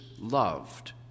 loved